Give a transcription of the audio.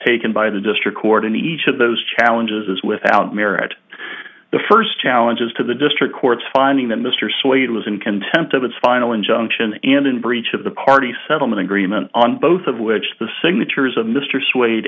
taken by the district court in each of those challenges is without merit the first challenge is to the district court finding that mr sawyer was in contempt of its final injunction and in breach of the party settlement agreement on both of which the signatures of mr s